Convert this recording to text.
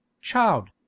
Child